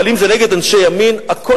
אבל אם זה נגד אנשי ימין, הכול